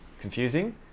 confusing